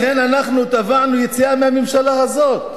לכן אנחנו תבענו יציאה מהממשלה הזו,